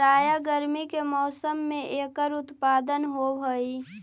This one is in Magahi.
प्रायः गर्मी के मौसम में एकर उत्पादन होवअ हई